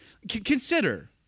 Consider